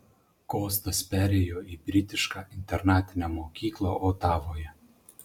kostas perėjo į britišką internatinę mokyklą otavoje